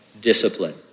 discipline